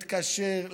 התקשר,